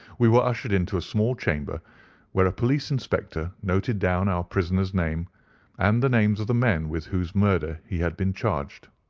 we were ushered into a small chamber where a police inspector noted down our prisoner's name and the names of the men with whose murder he had been charged.